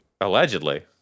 Allegedly